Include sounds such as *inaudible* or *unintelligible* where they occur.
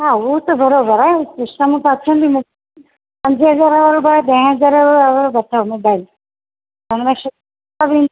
हा उहो त बराबरि आहे सिस्टम त अथनि बि पंजे हज़ारे वारो बि आहे ॾहें हज़ारे वारो बि अथव मोबाइल *unintelligible*